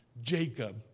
Jacob